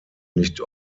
nicht